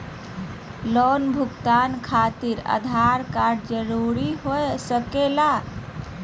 Loan भुगतान खातिर Aadhaar card जरूरी हो सके ला?